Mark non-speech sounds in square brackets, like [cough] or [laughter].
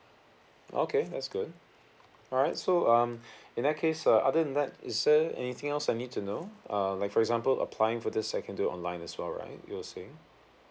okay that's good alright so um [breath] in that case uh other than that is there anything else I need to know uh like for example applying for this I can do it online as well right you were saying